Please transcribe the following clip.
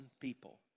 people